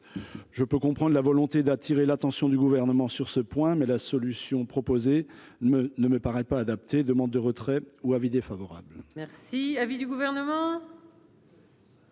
je peux comprendre la volonté d'attirer l'attention du gouvernement sur ce point, mais la solution proposée ne me ne me paraît pas adaptée : demande de retrait ou avis défavorable.